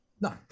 no